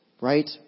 Right